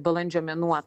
balandžio mėnuo